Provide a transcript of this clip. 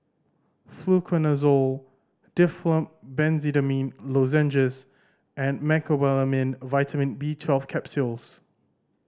Fluconazole Difflam Benzydamine Lozenges and Mecobalamin Vitamin B Twelve Capsules